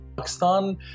Pakistan